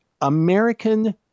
American